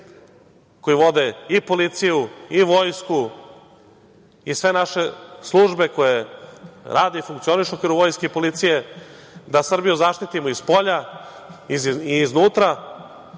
koji vode i policiju i vojsku i sve naše službe koje rade i funkcionišu u okviru vojske i policije da Srbiju zaštitimo i spolja i iznutra,